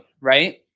right